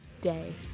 day